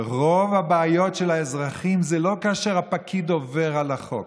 ורוב הבעיות של האזרחים זה לא כאשר הפקיד עובר על החוק,